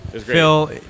Phil